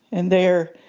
and there,